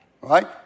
right